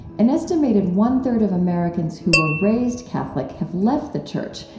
an estimated one-third of americans who were raised catholic have left the church,